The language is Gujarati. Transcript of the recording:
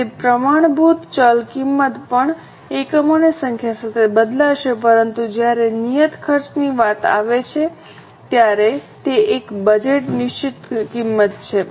તેથી પ્રમાણભૂત ચલ કિંમત પણ એકમોની સંખ્યા સાથે બદલાશે પરંતુ જ્યારે નિયત ખર્ચની વાત આવે ત્યારે તે એક બજેટ નિશ્ચિત કિંમત છે